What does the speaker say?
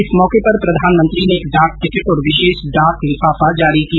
इस मौके पर प्रधानमंत्री ने एक डाक टिकट और विशेष डाक लिफाफा जारी किया